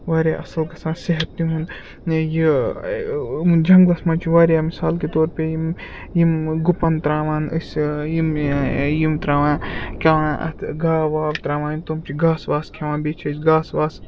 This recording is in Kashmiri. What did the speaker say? واریاہ اَصٕل گَژھان صحت تِہُنٛد یہِ یِمَن جنٛگلَس منٛز چھِ واریاہ مِثال کے طور پے یِم یِم گُپَن تراوان أسۍ یِم یِم تراوان کیٛاہ وانان اَتھ گاو واو تراوان تِم چھِ گاسہٕ واسہٕ کھٮ۪وان بیٚیہِ چھِ أسۍ گاسہٕ واسہٕ